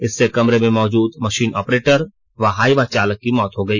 इससे कमरे में मौजूद मशीन ऑपरेटर व हाईवा चालक की मौत हो गई